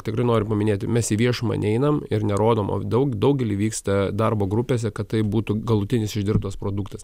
tikrai noriu paminėti mes į viešumą neinam ir nerodom daug daugelį vyksta darbo grupėse kad tai būtų galutinis išdirbtas produktas